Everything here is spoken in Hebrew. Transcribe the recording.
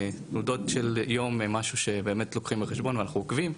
תנודות של יום זה משהו שאנחנו באמת לוקחים בחשבון ואנחנו עוקבים,